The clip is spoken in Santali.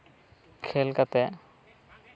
ᱠᱷᱮᱞ ᱠᱟᱛᱮᱜ